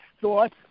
thought